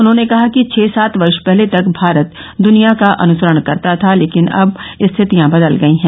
उन्होंने कहा कि छह सात वर्ष पहले तक भारत द्वनिया का अनुसरण करता था लेकिन अब स्थितियां बदल गई है